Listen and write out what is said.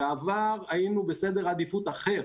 בעבר היינו בסדר עדיפות אחר,